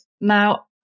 Now